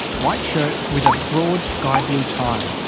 white shirt with a broad sky-blue tie.